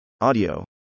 audio